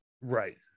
Right